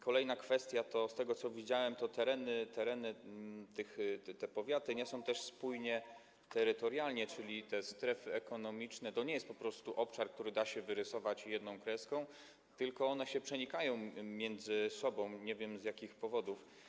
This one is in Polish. Kolejna kwestia, z tego, co widziałem, to tereny tych powiatów, które nie są też spójne terytorialnie, czyli te strefy ekonomiczne to nie jest po prostu obszar, który da się wyrysować jedną kreską, tylko one się przenikają między sobą, nie wiem, z jakich powodów.